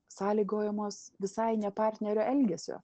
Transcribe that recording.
sąlygojamos visai ne partnerio elgesio